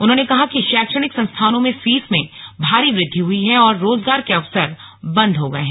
उन्होंने कहा कि शैक्षणिक संस्थानों में फीस में भारी वृद्धि हुई है और रोजगार के अवसर बंद हो गए हैं